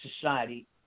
society